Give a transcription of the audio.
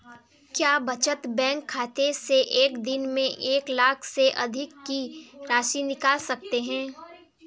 क्या बचत बैंक खाते से एक दिन में एक लाख से अधिक की राशि निकाल सकते हैं?